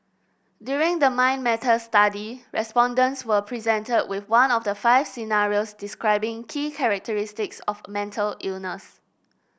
during the Mind Matters study respondents were presented with one of the five scenarios describing key characteristics of a mental illness